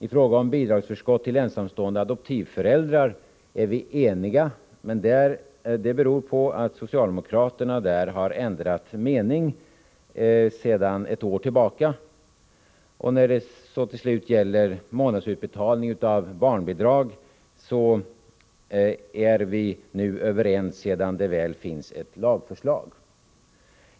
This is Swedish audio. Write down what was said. I fråga om bidragsförskott till ensamstående adoptivföräldrar är vi eniga, men det beror på att socialdemokraterna har ändrat mening sedan ett år tillbaka. Vad slutligen gäller månadsutbetalning av barnbidrag är vi nu överens, sedan det väl finns ett lagförslag.